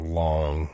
long